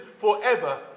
forever